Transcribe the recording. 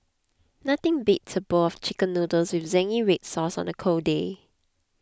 nothing beats a bowl of Chicken Noodles with Zingy Red Sauce on a cold day